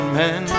men